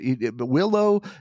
Willow